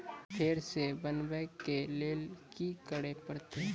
फेर सॅ बनबै के लेल की करे परतै?